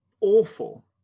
awful